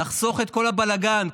לחסוך את כל הבלגן,